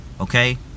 Okay